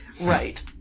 Right